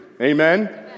Amen